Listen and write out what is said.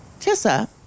Tissa